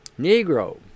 Negro